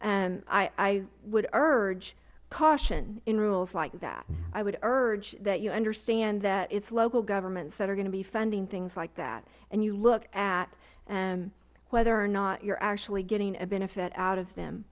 i would urge caution in rules like that i would urge that you understand that it is local governments that are going to be funding things like that and you look at whether or not you are actually getting a benefit out of